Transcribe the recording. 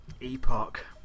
Epoch